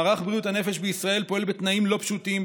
מערך בריאות הנפש בישראל פועל בתנאים לא פשוטים,